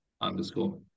underscore